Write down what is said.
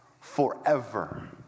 forever